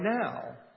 now